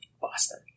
Boston